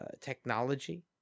technology